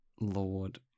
Lord